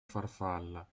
farfalla